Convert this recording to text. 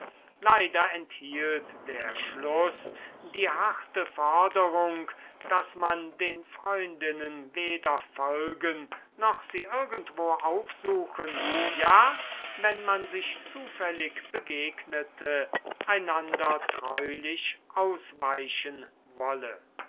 leider enthielt der schluß die harte forderung daß man den freundinnen weder folgen noch sie irgendwo aufsuchen ja wenn man sich zufällig begegnete einander treulich ausweichen wolle